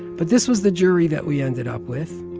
but this was the jury that we ended up with.